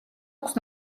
აქვს